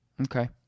Okay